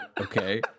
okay